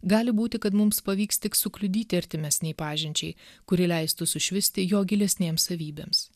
gali būti kad mums pavyks tik sukliudyti artimesnei pažinčiai kuri leistų sušvisti jo gilesnėms savybėms